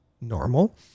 Normal